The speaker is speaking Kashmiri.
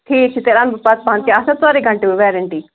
ٹھیٖک چھُ تیٚلہِ اَنہٕ بہٕ پتہٕ پہن اَتھ چھِ ژورے گھنٹہٕ وُنہِ ویرنٹی